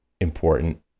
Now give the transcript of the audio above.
important